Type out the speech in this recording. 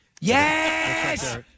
Yes